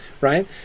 right